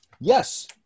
Yes